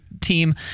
team